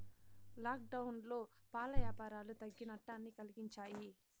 లాక్డౌన్లో పాల యాపారాలు తగ్గి నట్టాన్ని కలిగించాయి